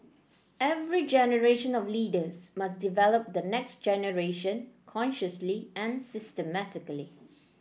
every generation of leaders must develop the next generation consciously and systematically